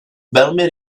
velmi